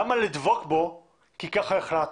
למה לדבוק בו כי ככה החלטנו?